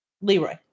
Leroy